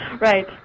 Right